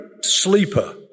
sleeper